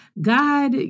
God